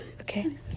Okay